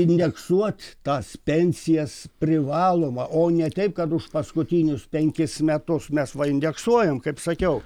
indeksuot tas pensijas privaloma o ne taip kad už paskutinius penkis metus mes va indeksuojam kaip sakiau